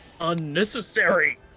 Unnecessary